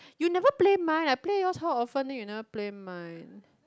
you never play mine I play yours so often then you never play mine